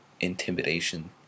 intimidation